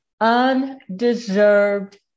undeserved